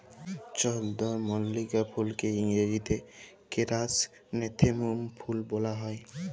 চলদরমল্লিকা ফুলকে ইংরাজিতে কেরাসনেথেমুম ফুল ব্যলা হ্যয়